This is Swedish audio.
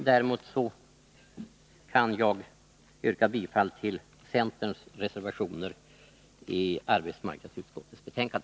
Däremot kan jag yrka bifall till centerns reservationer i arbetsmarknadsutskottets betänkande.